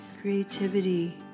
Creativity